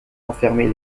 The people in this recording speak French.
enfermé